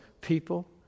people